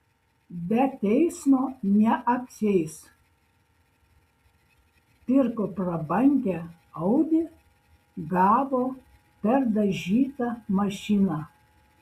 be teismo neapsieis pirko prabangią audi gavo perdažytą mašiną